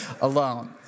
alone